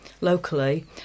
locally